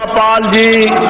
ah da